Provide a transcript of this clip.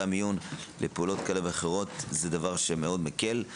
המיון בפעולות כאלה ואחרות זה דבר שמאוד מקל,